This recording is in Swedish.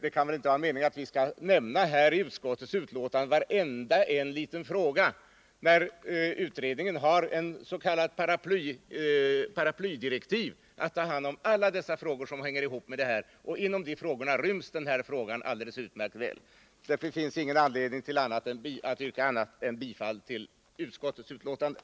Det kan väl inte vara meningen att vi i utskottets betänkande skall nämna varenda liten fråga, när utredningen har s.k. paraplydirektiv, som innebär att den skall ta upp alla frågor som är aktuella i sammanhanget — och där ryms denna fråga alldeles utmärkt väl. Det finns alltså ingen anledning att yrka annat än bifall till utskottets hemställan.